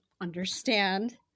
understand